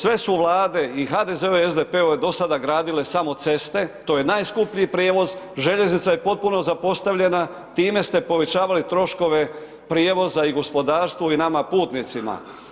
Sve su vlade i HDZ-ove i SDP-ove do sada gradile samo ceste, to je najskuplji prijevoz, željeznica je potpuno zapostavljena, time ste povećavali troškove prijevoza i gospodarstvu i nama putnicima.